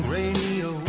radio